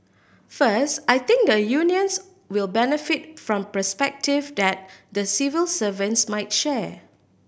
first I think the unions will benefit from perspective that the civil servants might share